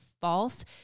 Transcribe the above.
false